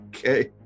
Okay